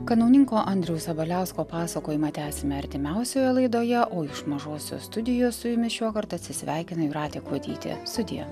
kanauninko andriaus sabaliausko pasakojimą tęsime artimiausioje laidoje o iš mažosios studijos su jumis šiuokart atsisveikina jūratė kuodytė sudie